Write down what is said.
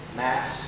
mass